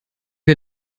wir